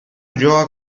ulloa